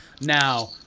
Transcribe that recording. now